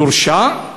יורשע?